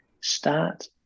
start